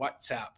WhatsApp